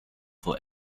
for